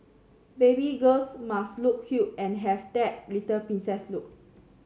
baby girls must look cute and have that little princess look